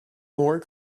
more